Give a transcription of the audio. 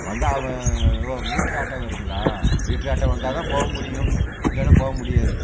வந்தால் ஓ meter auto வருங்களா மீட்ரு ஆட்டோ வந்தால் தான் போக முடியும் இல்லைன்னா போக முடியாது